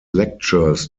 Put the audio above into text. lectures